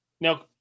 now